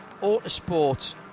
Autosport